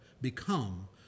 become